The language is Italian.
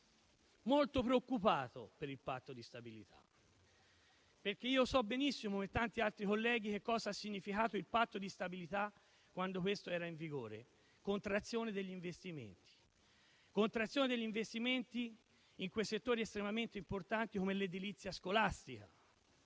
molto preoccupato per il Patto di stabilità, perché so benissimo - come tanti altri colleghi - che cosa ha significato il Patto di stabilità quando era in vigore: contrazione degli investimenti in settori estremamente importanti come l'edilizia scolastica